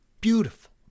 Beautiful